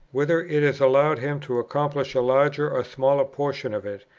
whether it is allowed him to accomplish a larger or smaller portion of it,